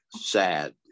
sad